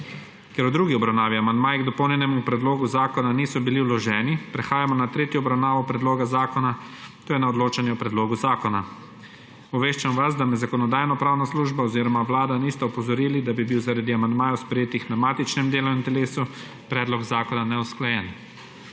Ker v drugi obravnavi amandmaji k dopolnjenemu predlogu zakona niso bili vloženi, prehajamo na tretjo obravnavo predloga zakona to je na odločanje o predlogu zakona. Obveščam vas, da me Zakonodajno-pravna služba oziroma Vlada niste opozorili, da bi bil, zaradi amandmajev, sprejetih na matičnem delovnem telesu, predlog zakona neusklajen.